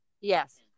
Yes